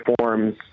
forms